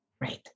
Right